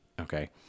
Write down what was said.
okay